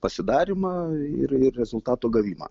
pasidarymą ir ir rezultato gavimą